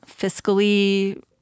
fiscally